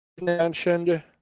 mentioned